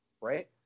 right